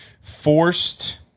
forced